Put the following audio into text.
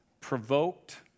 provoked